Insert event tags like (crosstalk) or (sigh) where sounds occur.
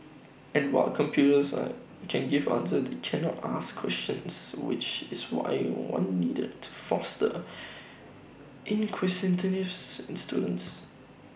and while computers are can give answers they cannot ask questions which is why one needed to foster (noise) inquisitiveness in students